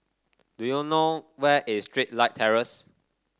do you know where is Starlight Terrace